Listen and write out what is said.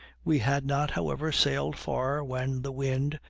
we had not however sailed far when the wind,